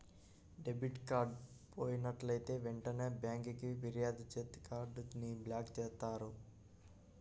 debit card పోయినట్లైతే వెంటనే బ్యేంకుకి ఫిర్యాదు చేత్తే కార్డ్ ని బ్లాక్ చేత్తారు